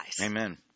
Amen